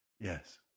Yes